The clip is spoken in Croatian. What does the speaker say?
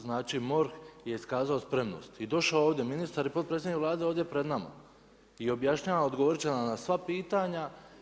Znači MORH je iskazao spremnost i došao ovdje ministar i potpredsjednik Vlade ovdje pred nama i objašnjava odgovorit će nam na sva pitanja.